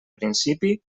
principi